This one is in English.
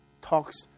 talks